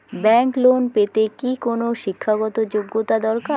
Bank loan পেতে কি কোনো শিক্ষা গত যোগ্য দরকার?